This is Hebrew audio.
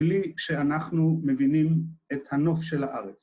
‫בלי שאנחנו מבינים את הנוף של הארץ.